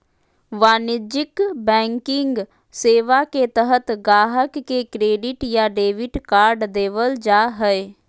वाणिज्यिक बैंकिंग सेवा के तहत गाहक़ के क्रेडिट या डेबिट कार्ड देबल जा हय